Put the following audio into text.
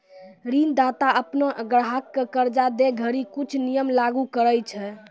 ऋणदाता अपनो ग्राहक क कर्जा दै घड़ी कुछ नियम लागू करय छै